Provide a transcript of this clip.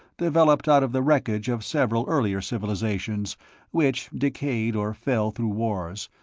developed out of the wreckage of several earlier civilizations which decayed or fell through wars,